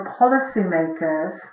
policymakers